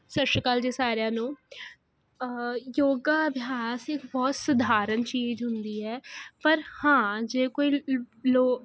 ਸਤਿ ਸ਼੍ਰੀ ਅਕਾਲ ਜੀ ਸਾਰਿਆਂ ਨੂੰ ਯੋਗਾ ਅਭਿਆਸ ਇੱਕ ਬਹੁਤ ਸਾਧਾਰਨ ਚੀਜ ਹੁੰਦੀ ਐ ਪਰ ਹਾਂ ਜੇ ਕੋਈ ਲੋ